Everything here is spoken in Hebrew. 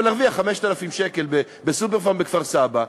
אבל להרוויח 5,000 שקל ב"סופר-פארם" בכפר-סבא,